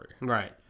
right